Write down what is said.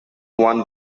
one